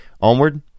Onward